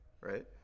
Right